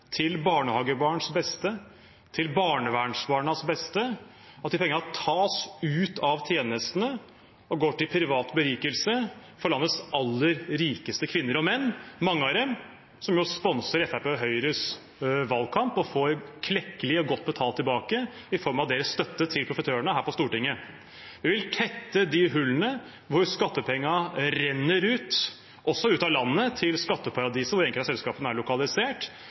til barnehagebarns beste, til barnevernsbarnas beste, tas ut av tjenestene og går til privat berikelse for landets aller rikeste kvinner og menn, mange av dem som jo sponser Fremskrittspartiet og Høyres valgkamp og får klekkelig og godt betalt tilbake i form av deres støtte til profitørene her på Stortinget. Jeg vil tette de hullene hvor skattepengene renner ut, også ut av landet til skatteparadiser hvor enkelte av selskapene er lokalisert,